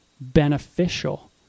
beneficial